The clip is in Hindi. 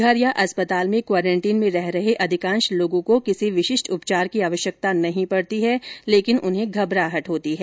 घर या अस्पताल में क्वारंटीन में रह रहे अधिकांश लोगों को किसी विशिष्ट उपचार की आवश्यकता नहीं पड़ती है लेकिन उन्हें घबराहट होती है